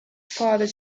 father